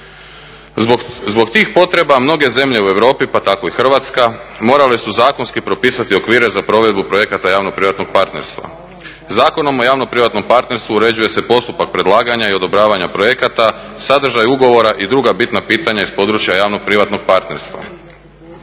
Zbog tih potreba mnoge zemlje u Europi pa tako i Hrvatska morale su zakonski propisati okvire za provedbu projekata javno-privatnog partnerstva. Zakonom o javno-privatnom partnerstvu uređuje se postupak predlaganja i odobravanja projekata, sadržaj ugovora i druga bitna pitanja iz područja javno-privatnog partnerstva.